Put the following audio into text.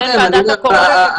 בין ועדת הקורונה --- לא,